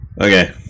Okay